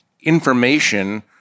information